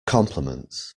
compliments